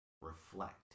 Reflect